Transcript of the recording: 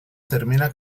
termina